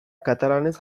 katalanez